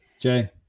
jay